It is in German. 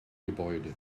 gebäude